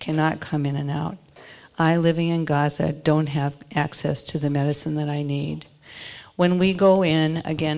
cannot come in and out i living in gaza i don't have access to the medicine that i need when we go in again